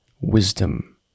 wisdom